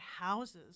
houses